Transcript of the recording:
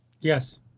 Yes